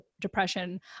depression